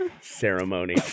ceremony